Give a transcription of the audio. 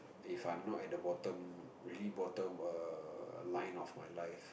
if I'm not at the bottom really bottom line of my life